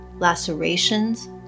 lacerations